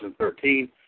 2013